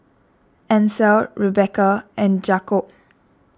Ancel Rebekah and Jakobe